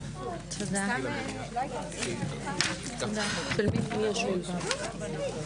11:05.